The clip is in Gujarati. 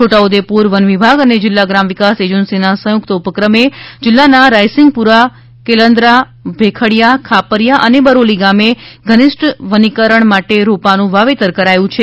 છોટાઉદેપુર વન વિભાગ અને જિલ્લા ગ્રામ વિકાસ એજન્સીના સંયુકત ઉપક્રમે જિલ્લાના રાયસિંગપુરા કેલદરાં ભેખડીયા ખાપરીયા અને બરોલી ગામે ઘનિષ્ઠ વનીકરણ માટે રોપાનું વાવેતર કરાયું છે